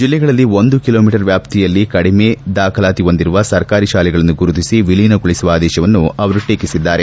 ಜಲ್ಲೆಗಳಲ್ಲಿ ಒಂದು kilometre ವ್ಯಾಪ್ತಿಯಲ್ಲಿ ಕಡಿಮೆ ದಾಖಲಾತಿ ಹೊಂದಿರುವ ಸರ್ಕಾರಿ ತಾಲೆಗಳನ್ನು ಗುರುತಿಸಿ ವಿಲೀನಗೊಳಿಸುವ ಆದೇಶವನ್ನು ಅವರು ಟೀಕಿಸಿದ್ದಾರೆ